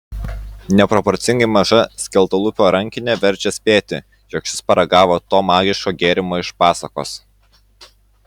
neproporcingai maža skeltalūpio rankinė verčia spėti jog šis paragavo to magiško gėrimo iš pasakos